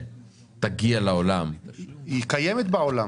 תגיע לעולם --- היא קיימת בעולם.